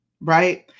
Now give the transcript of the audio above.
right